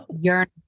yearning